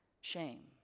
shame